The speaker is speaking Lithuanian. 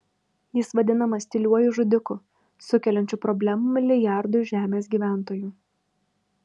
jis vadinamas tyliuoju žudiku sukeliančiu problemų milijardui žemės gyventojų